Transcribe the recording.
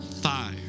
fire